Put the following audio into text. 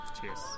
cheers